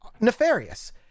nefarious